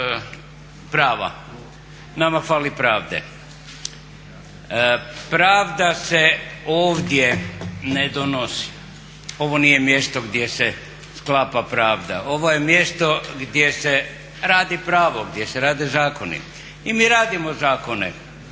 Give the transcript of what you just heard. prava. Nama fali pravde. Pravda se ovdje ne donosi. Ovo nije mjesto gdje se sklapa pravda. Ovo je mjesto gdje se radi pravo, gdje se rade zakoni. I mi radimo zakone